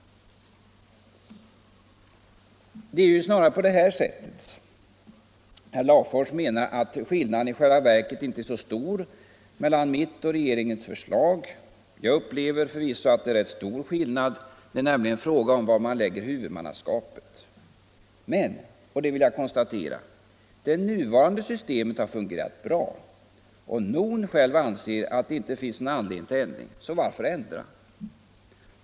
Herr Larfors menar att skillnaden i själva verket inte är så stor mellan mitt och regeringens förslag. Jag upplever förvisso saken så att det är rätt stor skillnad — det är nämligen fråga om var man lägger huvudmannaskapet. Men -— och det vill jag konstatera — det nuvarande systemet har fungerat bra, och NON själv anser att det inte finns någon anledning till ändring, så varför ändra?